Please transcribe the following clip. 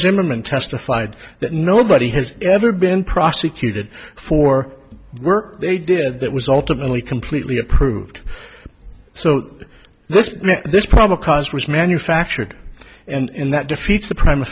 zimmerman testified that nobody has ever been prosecuted for work they did that was ultimately completely approved so this this probable cause was manufactured and that defeats the prim